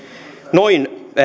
noin